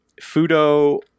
Fudo